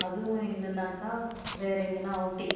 அதுவும் இல்லைன்னாக்கா வேற எங்கேனா அவுட்டிங்